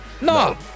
No